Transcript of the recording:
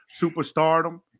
superstardom